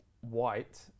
white